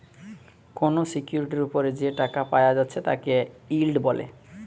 কোনো সিকিউরিটির উপর যে টাকা পায়া যাচ্ছে তাকে ইল্ড বলে